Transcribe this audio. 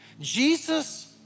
Jesus